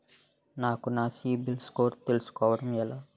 నాకు నా CIBIL score తెలుసుకోవడం ఎలా?